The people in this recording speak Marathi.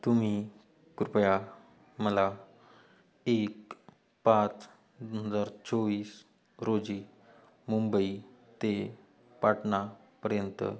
तुम्ही कृपया मला एक पाच हजार चोवीस रोजी मुंबई ते पाटणापर्यंत